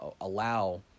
allow